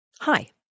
Hi